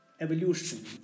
evolution